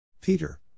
Peter